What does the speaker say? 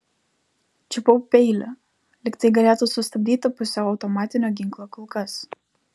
čiupau peilį lyg tai galėtų sustabdyti pusiau automatinio ginklo kulkas